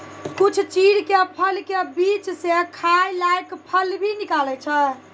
कुछ चीड़ के फल के बीच स खाय लायक फल भी निकलै छै